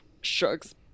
shrugs